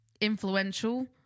influential